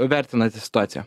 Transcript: vertinate situaciją